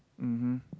mmhmm